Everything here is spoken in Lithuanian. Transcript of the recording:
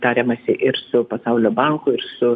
tariamasi ir su pasaulio banku ir su